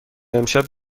امشب